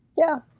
yeah.